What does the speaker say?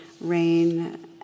rain